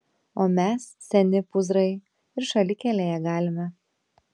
o mes seni pūzrai ir šalikelėje galime